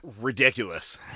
Ridiculous